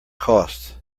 cost